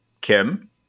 Kim